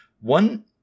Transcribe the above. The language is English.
One